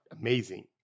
amazing